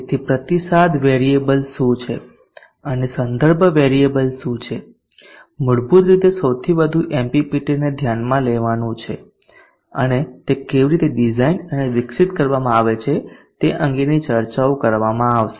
તેથી પ્રતિસાદ વેરીએબલ શું છે અને સંદર્ભ વેરીએબલ શું છે મૂળભૂત રીતે સૌથી વધુ MPPT ને ધ્યાનમાં લેવાનું છે અને તે કેવી રીતે ડિઝાઇન અને વિકસિત કરવામાં આવે છે તે અંગેની ચર્ચાઓ કરવામાં આવશે